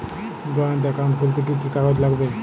Joint account খুলতে কি কি কাগজ লাগবে?